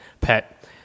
pet